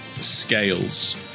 scales